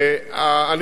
כן.